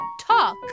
talk